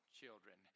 children